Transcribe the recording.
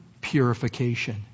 purification